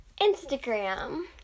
Instagram